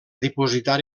dipositar